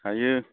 हायो